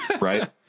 Right